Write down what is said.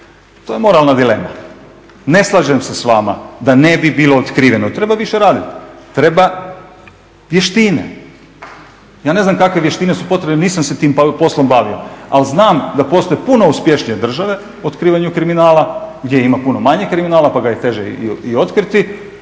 To je moralna dilema. Ne slažem se s vama da ne bi bilo otkriveno, treba više raditi, treba vještine. Ja ne znam kakve vještine su potrebne, nisam se tim poslom bavio, ali znam da postoje puno uspješnije države u otkrivanju kriminala gdje ima puno manje kriminala pa ga je teže i otkriti